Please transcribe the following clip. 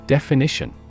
Definition